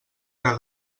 que